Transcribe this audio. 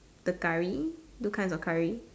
the curry two kinds of curry